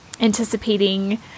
anticipating